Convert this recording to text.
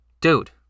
dude